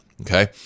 Okay